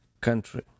country